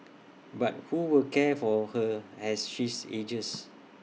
but who will care for her as she's ages